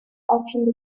auction